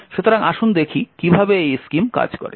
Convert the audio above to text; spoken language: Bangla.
সুতরাং আসুন দেখি কিভাবে এই স্কিম কাজ করে